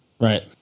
Right